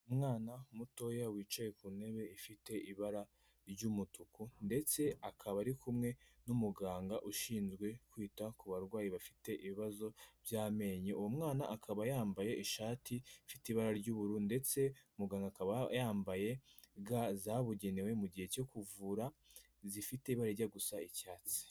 Umwana mutoya wicaye ku ntebe ifite ibara ry'umutuku ndetse akaba ari kumwe n'umuganga ushinzwe kwita ku barwayi bafite ibibazo by'amenyo, uwo mwana akaba yambaye ishati ifite ibara ry'ubururu ndetse muganga akaba yambaye ga zabugenewe mu gihe cyo kuvura, zifite ibara rijya gusa icyatsi.